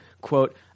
Quote